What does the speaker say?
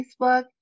Facebook